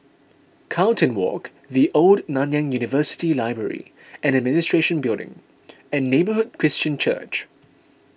Carlton Walk the Old Nanyang University Library and Administration Building and Neighbourhood Christian Church